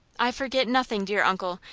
i forget nothing, dear uncle.